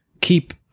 keep